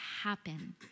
happen